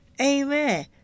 Amen